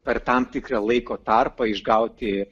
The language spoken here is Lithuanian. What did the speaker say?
per tam tikrą laiko tarpą išgauti